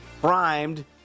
primed